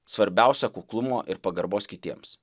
svarbiausia kuklumo ir pagarbos kitiems